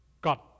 God